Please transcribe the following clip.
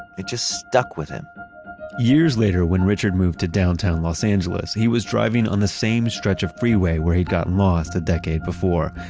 it just stuck with him years later, when richard moved to downtown los angeles, he was driving on the same stretch of freeway where he'd gotten lost a decade before.